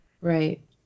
right